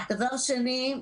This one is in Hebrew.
דבר שני,